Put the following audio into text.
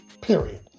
period